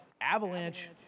Avalanche